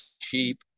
cheap